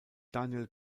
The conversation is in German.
daniel